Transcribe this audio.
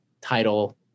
title